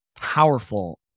Powerful